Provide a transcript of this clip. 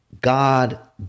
god